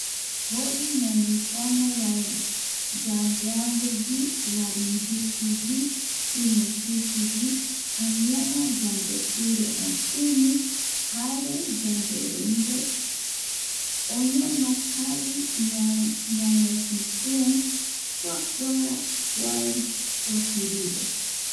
Yandembori ñañepoano vaera yandeambigui, laringitigui sinucitigui aniara yande pire otini jare yande rembe (pausa) oñono kavi ñanepitue kuakuara kua osirive.